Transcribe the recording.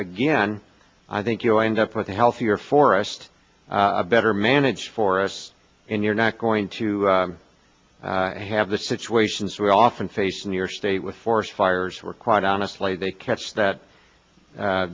again i think you'll end up with a healthier forest a better manage for us and you're not going to have the situations we often face in your state with forest fires were quite honestly they catch that